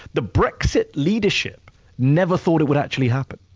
the brexit leadership never thought it would actually happen.